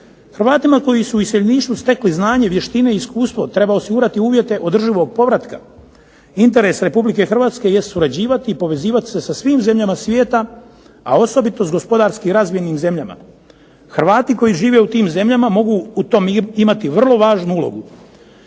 Hrvatima koji su u iseljeništvu stekli znanje, vještine i iskustvo treba osigurati uvjete održivog povratka. Interes Republike Hrvatske jest surađivati i povezivati se sa svim zemljama svijeta, a osobito s gospodarski razvijenim zemljama. Hrvati koji žive u tim zemljama mogu u tom imati vrlo važnu ulogu.